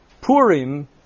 Purim